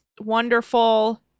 wonderful